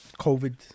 COVID